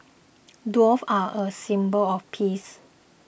doves are a symbol of peace